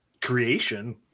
creation